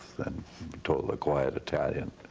and totally quiet italian,